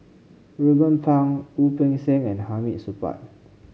Ruben Pang Wu Peng Seng and Hamid Supaat